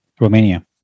Romania